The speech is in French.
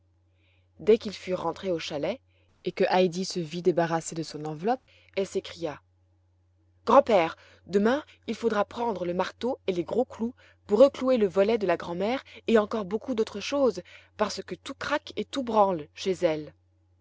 dès qu'ils furent rentrés au chalet et que heidi se vit débarrassée de son enveloppe elle s'écria grand-père demain il faudra prendre le marteau et les gros clous pour reclouer le volet de la grand'mère et encore beaucoup d'autres choses parce que tout craque et tout branle chez elle